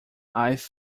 i’ve